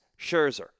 Scherzer